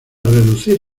reducir